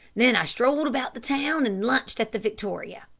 then i strolled about the town and lunched at the victoria.